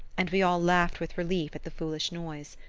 and we all laughed with relief at the foolish noise.